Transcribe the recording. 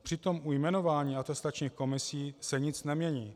Přitom u jmenování atestačních komisí se nic nemění.